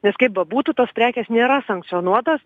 nes kaip bebūtų tos prekės nėra sankcionuotos